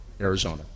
Arizona